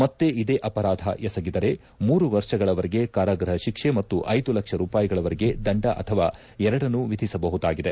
ಮತ್ತೆ ಇದೇ ಅಪರಾಧ ಎಸಗಿದರೆ ಮೂರು ವರ್ಷಗಳವರೆಗೆ ಕಾರಾಗೃಹ ಶಿಕ್ಷೆ ಮತ್ತು ಐದು ಲಕ್ಷ ರೂಪಾಯಿಗಳವರೆಗೆ ದಂಡ ಅಥವಾ ಎರಡನ್ನೂ ವಿಧಿಸಬಹುದಾಗಿದೆ